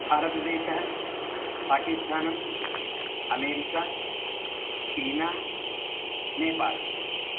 भारतदेशः पाकिस्ठानम् अमेरिका चीना नेपाल्